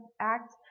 act